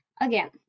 again